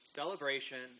celebration